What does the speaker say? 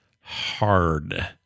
hard